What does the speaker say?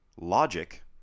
Logic